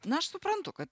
na aš suprantu kad